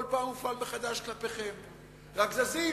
כל פעם מופעל מחדש כלפיכם, רק זזים: